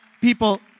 people